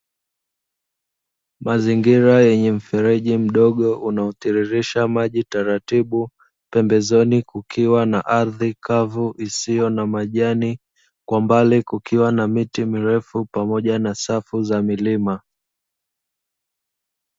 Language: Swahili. Mazingira yenye mfereji mdogo unaotiririsha maji taratibu, pembezoni kukiwa na ardhi kavu isiyo na majani, kwa mbali kukiwa na miti mirefu pamoja na safu za milima.